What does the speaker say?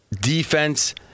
defense